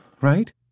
right